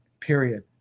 period